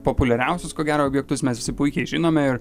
populiariausius ko gero objektus mes visi puikiai žinome ir